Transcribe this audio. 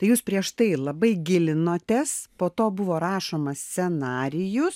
tai jūs prieš tai labai gilinotės po to buvo rašomas scenarijus